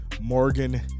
Morgan